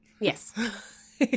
Yes